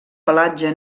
pelatge